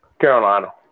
Carolina